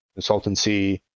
consultancy